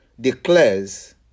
declares